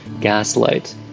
Gaslight